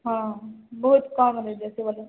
ହଁ ବହୁତ କମ୍